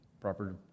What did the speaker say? proper